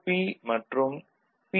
B மற்றும் B